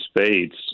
spades